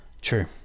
True